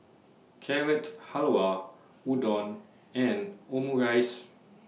Carrot Halwa Udon and Omurice